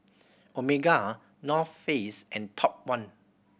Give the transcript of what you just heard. Omega North Face and Top One